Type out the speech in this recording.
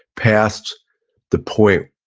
past the point,